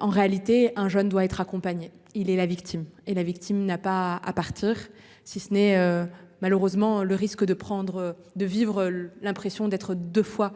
En réalité, un jeune doit être accompagnée. Il est la victime et la victime n'a pas à partir, si ce n'est malheureusement le risque de prendre de vivres. L'impression d'être deux fois